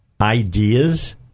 ideas